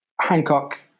hancock